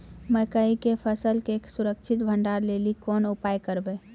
मकई के फसल के सुरक्षित भंडारण लेली कोंन उपाय करबै?